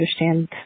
understand